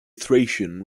thracian